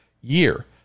year